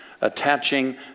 attaching